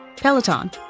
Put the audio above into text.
peloton